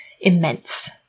immense